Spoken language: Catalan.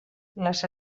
les